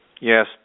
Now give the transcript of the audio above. Yes